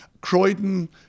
Croydon